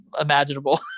imaginable